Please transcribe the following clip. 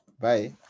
Bye